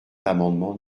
l’amendement